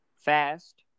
fast